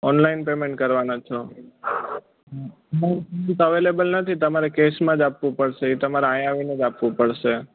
online payment કરવાના છો available નથી તમારે કેશમાં જ આપવું પડશે તમાર અહીંયા આવીને જ આપવું પડશે